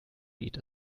geht